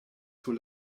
sur